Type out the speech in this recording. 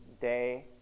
Day